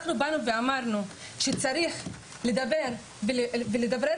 כשאנחנו באנו ואמרנו שצריך לדבר ולדברר